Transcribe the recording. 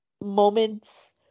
moments